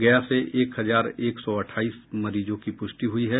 गया से एक हजार एक सौ अठाईस मरीजों की पुष्टि हुई है